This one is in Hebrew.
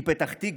היא פתח תקווה.